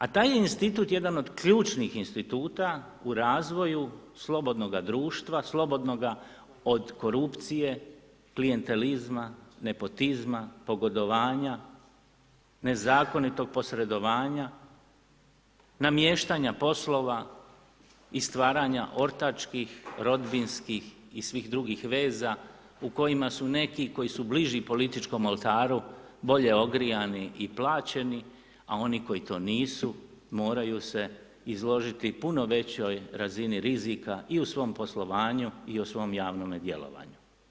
A taj institut je jedan od ključnih instituta u razvoju slobodnoga društva, slobodnoga od korupcije, klijentelizma, nepotizma, pogodovanja, nezakonitog posredovanja, namještanja poslova i stvaranja ortačkih, rodbinskih i svih drugih veza, u kojima su neki, koji su bliži političkom oltaru bolje ogrijani i plaćeni, a oni koji to nisu, moraju se izložiti puno većoj razini rizika, i u svom poslovanju, i u svom javnome djelovanju.